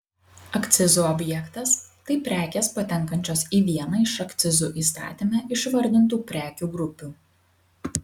akcizų objektas tai prekės patenkančios į vieną iš akcizų įstatyme išvardintų prekių grupių